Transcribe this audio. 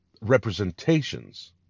representations